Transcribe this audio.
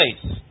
place